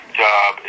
job